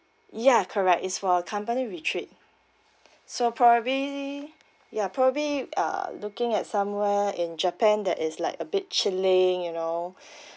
yeah correct is for company retreat so probably ya probably uh looking at somewhere in japan that is like a bit chilling you know